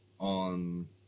On